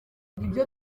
nibyo